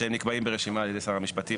שנקבעים ברשימה על ידי שר המשפטים,